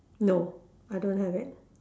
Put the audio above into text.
no I don't have it